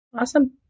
Awesome